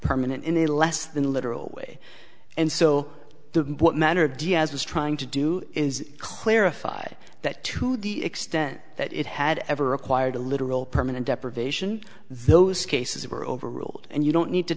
permanent in a less than a literal way and so the manner diaz was trying to do is clarify that to the extent that it had ever required a literal permanent deprivation those cases were overruled and you don't need to